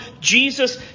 Jesus